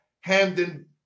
Hamden